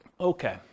Okay